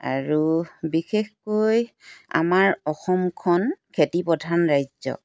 আৰু বিশেষকৈ আমাৰ অসমখন খেতি প্ৰধান ৰাজ্য